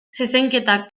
zezenketak